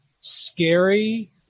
scary